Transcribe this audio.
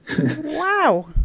wow